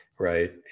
right